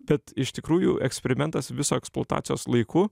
bet iš tikrųjų eksperimentas viso eksploatacijos laiku